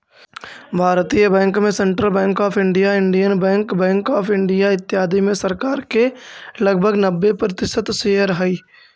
भारतीय बैंक में Central Bank of India, Indian Bank, Bank of India, इत्यादि में सरकार के लगभग नब्बे प्रतिशत शेयर हइ